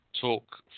talk